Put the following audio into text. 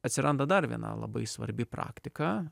atsiranda dar viena labai svarbi praktika